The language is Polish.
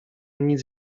nic